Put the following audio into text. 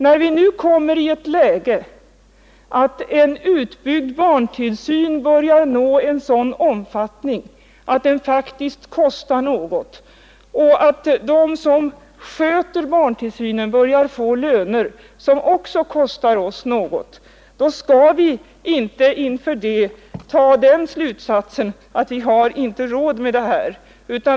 När vi nu har hamnat i ett läge, där en utbyggd barntillsyn börjar nå en sådan omfattning att den faktiskt kostar något och de som sköter barntillsynen börjar få löner som också kostar oss något, skall vi inte inför detta faktum dra den slutsatsen att vi inte har råd med detta.